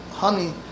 honey